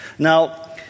Now